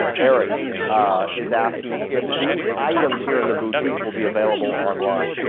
eric ah is asking if these items here in the boutique will be available online.